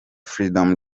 freedom